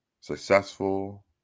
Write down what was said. successful